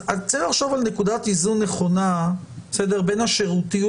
צריך לחשוב על נקודת איזון נכונה בין השירותיות